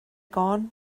gone